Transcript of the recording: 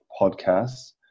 podcasts